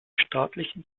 staatlichen